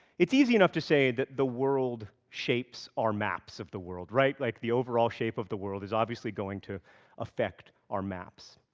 it's easy enough to say that the world shapes our maps of the world, right? like the overall shape of the world is obviously going to affect our maps.